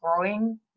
growing